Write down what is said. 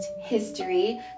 history